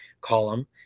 column